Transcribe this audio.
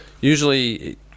Usually